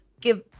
give